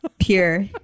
pure